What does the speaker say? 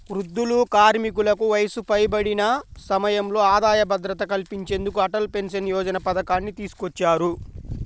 వృద్ధులు, కార్మికులకు వయసు పైబడిన సమయంలో ఆదాయ భద్రత కల్పించేందుకు అటల్ పెన్షన్ యోజన పథకాన్ని తీసుకొచ్చారు